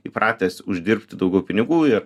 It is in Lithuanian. įpratęs uždirbti daugiau pinigų ir